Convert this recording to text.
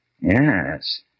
Yes